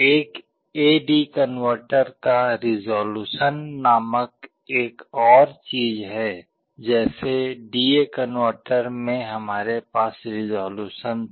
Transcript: एक A D converter का resolution नामक एक और चीज है जैसे डी ए कनवर्टर में हमारे पास रिसोल्यूशन था